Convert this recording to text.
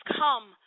come